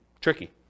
tricky